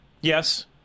Yes